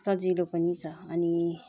सजिलो पनि छ अनि